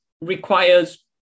requires